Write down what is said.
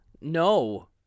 No